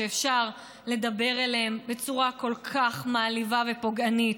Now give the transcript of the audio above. שאפשר לדבר אליהם בצורה כל כך מעליבה ופוגענית,